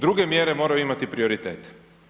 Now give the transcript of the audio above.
Druge mjere moraju imati prioritet.